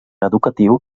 educatiu